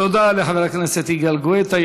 תודה לחבר הכנסת יגאל גואטה.